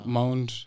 Mount